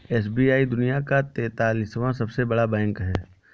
SBI दुनिया का तेंतालीसवां सबसे बड़ा बैंक है